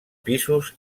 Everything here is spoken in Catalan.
pisos